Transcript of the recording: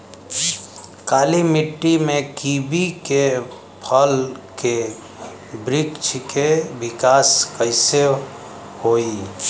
काली मिट्टी में कीवी के फल के बृछ के विकास कइसे होई?